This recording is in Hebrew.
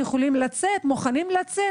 מוכנים לצאת,